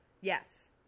yes